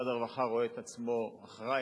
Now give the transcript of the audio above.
משרד הרווחה רואה את עצמו אחראי,